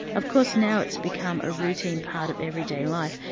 of course now it's become a routine part of everyday life,